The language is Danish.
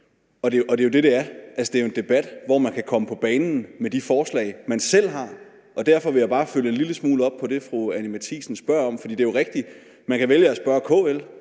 Og det er jo det, det er, altså det er jo en debat, hvorman kan komme på banen med de forslag, man selv har. Derfor vil jeg bare følge en lille smule op på det, fru Anni Matthiesenspørger om. For det er jo rigtigt, at man kan vælge at spørge KL.